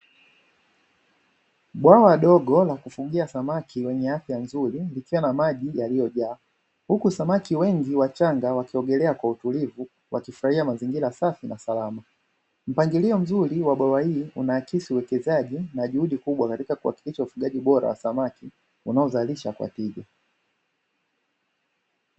Bwawa dogo la kufugia samaki wenye afya nzuri likiwa na maji yaliyojaa huku samaki wengi wachanga wakiogelea kwa utulivu wakifurahia mazingira safi na salama. Mpangilio mzuri wa bwawa hili unaakisi uwekezaji na juhudi kubwa katika kuhakikisha ufugaji bora wa samaki unaozalisha kwa tija.